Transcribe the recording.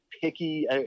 picky